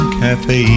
cafe